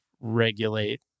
regulate